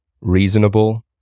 reasonable